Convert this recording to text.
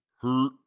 Hurt